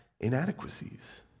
inadequacies